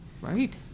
Right